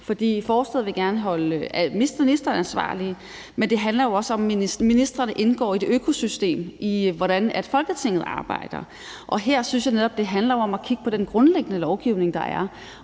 For forslaget vil gerne holde ministeren ansvarlig, men det handler jo også om, at ministrene indgår i et økosystem, i forhold til hvordan Folketinget arbejder, og her synes jeg netop, det handler om at kigge på den grundlæggende lovgivning, der er,